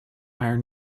iron